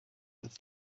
ist